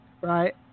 Right